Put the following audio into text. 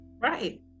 right